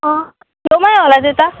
अँ छेउमै होला त्यता